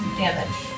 damage